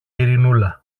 ειρηνούλα